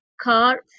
Car